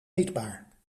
eetbaar